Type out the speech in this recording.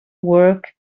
work